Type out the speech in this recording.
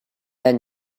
then